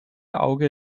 auge